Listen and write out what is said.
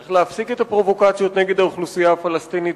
צריך להפסיק את הפרובוקציות נגד האוכלוסייה הפלסטינית